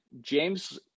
James